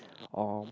or